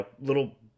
little